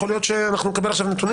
יכול להיות שאנחנו נקבל עכשיו נתונים